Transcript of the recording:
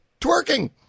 Twerking